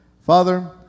father